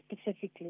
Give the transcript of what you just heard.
Specifically